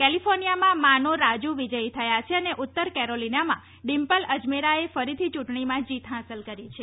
કેલિફોર્નિયામાં માનો રાજુ વિજયી થયા છે અને ઉત્તર કેરોલીનામાં ડિમ્પલ અજમેરાએ ફરીથી યૂંટણીમાં જીત હાંસલ કરી છે